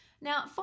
Now